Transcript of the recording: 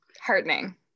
heartening